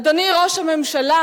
אדוני ראש הממשלה,